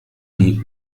die